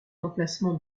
emplacement